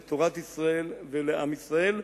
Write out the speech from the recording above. לתורת ישראל ולעם ישראל.